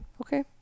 okay